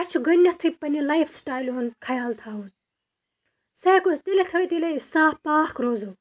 اَسہِ چھُ گۄڈٕنٮ۪تھٕے پنٛنہِ لایِف سِٹایلہِ ہُنٛد خیال تھاوُن سُہ ہٮ۪کو أسۍ تیٚلہِ تھٲیِتھ ییٚلہِ أسۍ صاف پاک روزو